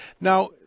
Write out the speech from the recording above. Now